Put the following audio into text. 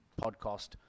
podcast